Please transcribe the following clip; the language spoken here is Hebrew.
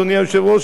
אדוני היושב-ראש,